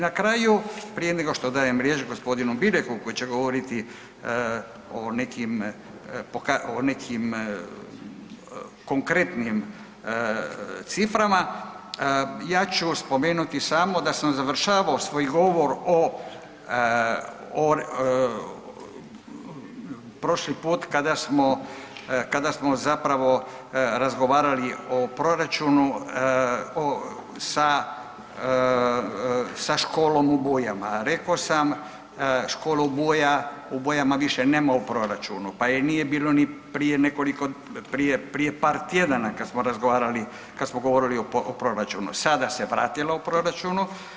na kraju, prije nego što dajem riječ g. Bileku koji će govoriti o nekim .../nerazumljivo/... o nekim konkretnim ciframa, ja ću spomenuti samo da sam završavao svoj govor o, prošli put kada smo, kada smo zapravo razgovarali o proračunu o, sa, sa školom u Bujama, rekao sam, školu u Buja, u Bujama više nema u proračunu, pa je nije bilo ni prije nekoliko, prije par tjedana, kad smo razgovarali o, kad smo govorili o proračunu, sada se vratila u proračunu.